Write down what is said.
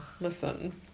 Listen